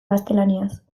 gaztelaniaz